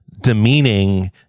demeaning